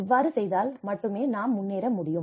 இவ்வாறு செய்தால் மட்டுமே நாம் முன்னேற முடியும்